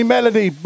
melody